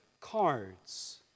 cards